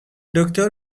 دکتر